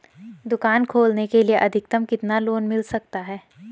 दुकान खोलने के लिए अधिकतम कितना लोन मिल सकता है?